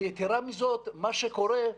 ויתרה מזאת, מה שקורה,